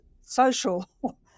social